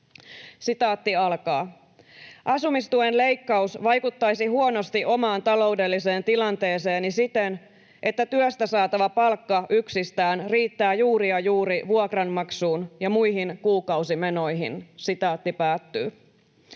tuloihin.” ”Asumistuen leikkaus vaikuttaisi huonosti omaan taloudelliseen tilanteeseeni siten, että työstä saatava palkka yksistään riittää juuri ja juuri vuokranmaksuun ja muihin kuukausimenoihin.” ”Asumistuen